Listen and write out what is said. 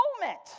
moment